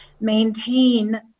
maintain